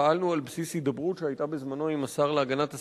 פעלנו על בסיס הידברות שהיתה בזמנו עם השר להגנת הסביבה.